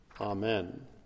Amen